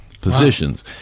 positions